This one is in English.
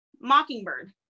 Mockingbird